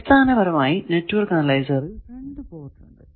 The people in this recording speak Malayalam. അടിസ്ഥാനപരമായി നെറ്റ്വർക്ക് അനലൈസറിൽ രണ്ടു പോർട്ട് ഉണ്ട്